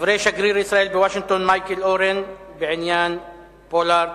דברי שגריר ישראל בוושינגטון מייקל אורן בעניין פולארד,